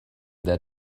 that